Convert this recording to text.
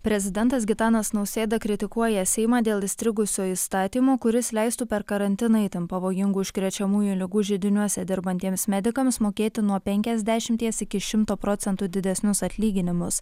prezidentas gitanas nausėda kritikuoja seimą dėl įstrigusio įstatymo kuris leistų per karantiną itin pavojingų užkrečiamųjų ligų židiniuose dirbantiems medikams mokėti nuo penkiasdešimties iki šimto procentų didesnius atlyginimus